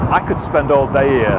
i could spend all day yeah